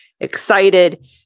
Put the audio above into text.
excited